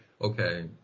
okay